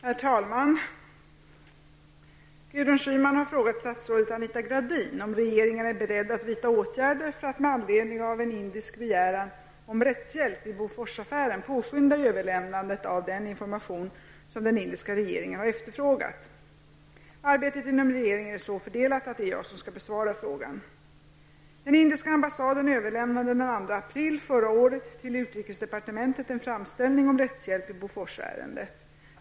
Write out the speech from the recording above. Herr talman! Gudrun Schyman har frågat statsrådet Anita Gradin om regeringen är beredd att vidta åtgärder för att med anledning av en indisk begäran om rättshjälp i Boforsaffären påskynda överlämnandet av den information som den indiska regeringen har efterfrågat. Arbetet inom regeringen är så fördelat att det är jag som skall besvara frågan. Den indiska ambassaden överlämnade den 2 april förra året till utrikesdepartementet en framställning om rättshjälp i Boforsärendet.